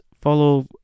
Follow